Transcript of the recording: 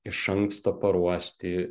iš anksto paruošti